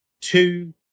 two